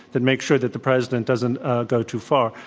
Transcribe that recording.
that make sure that the president doesn't go too far.